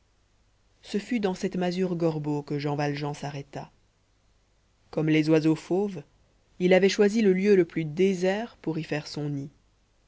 ce fut devant cette masure gorbeau que jean valjean s'arrêta comme les oiseaux fauves il avait choisi le lieu le plus désert pour y faire son nid